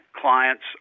clients